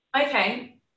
Okay